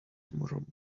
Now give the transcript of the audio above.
tomorrow